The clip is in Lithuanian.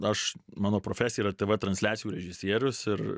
aš mano profesija yra tv transliacijų režisierius ir